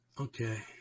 Okay